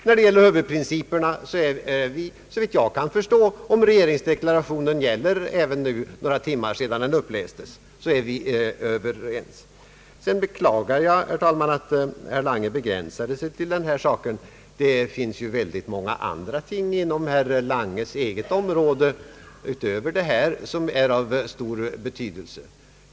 När det gäller huvudprinciperna är vi, såvitt jag kan förstå överens — om nu regeringsdeklarationen gäller även några timmar efter det att den upplästes. Jag beklagar, herr talman, att herr Lange begränsade sig till denna sak. Det finns många andra ting inom herr Langes eget område som är av stor betydelse.